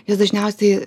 jos dažniausiai